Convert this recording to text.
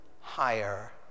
higher